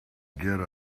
get